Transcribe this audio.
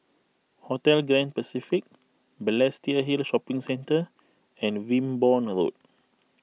Hotel Grand Pacific Balestier Hill Shopping Centre and Wimborne Road